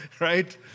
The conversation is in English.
right